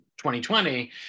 2020